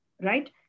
right